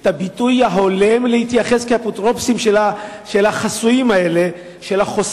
את הביטוי ההולם כאפוטרופוסים של החוסים האלה,